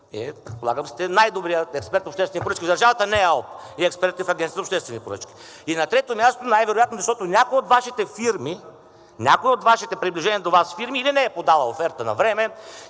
Вие, предполагам, сте най-добрият експерт по обществени поръчки в държавата. Не АОП и експертите в Агенцията по обществени поръчки. И на трето място, най-вероятно, защото някоя от Вашите фирми, някоя от приближените до Вас фирми, или не е подала оферта навреме,